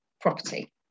property